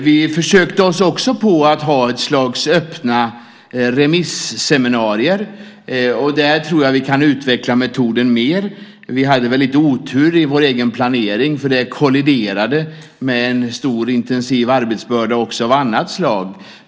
Vi försökte oss också på att ha ett slags öppna remisseminarier. Där tror jag att vi kan utveckla metoden mer. Vi hade lite otur i vår egen planering, för det kolliderade med en stor och intensiv arbetsbörda också av annat slag.